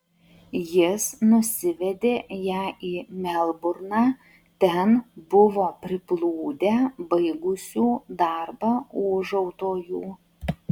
jis nusivedė ją į melburną ten buvo priplūdę baigusių darbą ūžautojų